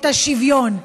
את השוויון.